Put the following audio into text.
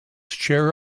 chair